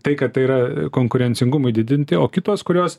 tai kad tai yra konkurencingumui didinti o kitos kurios